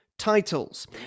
titles